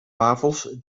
wafels